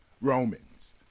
Romans